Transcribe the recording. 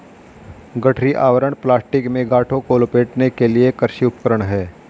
गठरी आवरण प्लास्टिक में गांठों को लपेटने के लिए एक कृषि उपकरण है